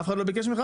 אף אחד לא ביקש ממך?